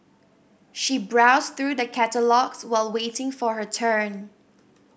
she browsed through the catalogues while waiting for her turn